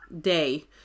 day